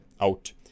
out